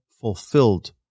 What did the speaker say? fulfilled